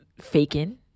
faking